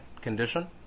condition